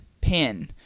PIN